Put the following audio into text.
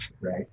right